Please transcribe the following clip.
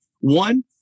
One